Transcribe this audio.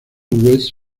west